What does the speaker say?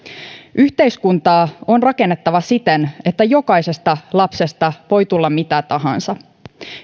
yhteiskuntaa on rakennettava siten että jokaisesta lapsesta voi tulla mitä tahansa